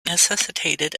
necessitated